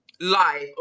life